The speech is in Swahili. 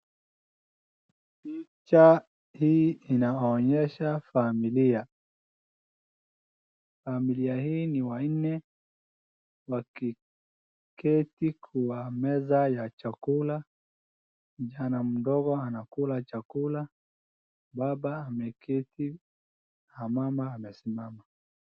Picha hii inaonyesha familia, familia hii ni wanne wakiketi kwa meza ya chakula. Kijana mdogo anakula chakula, baba ameketi na mama amesimama.